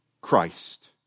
Christ